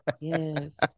Yes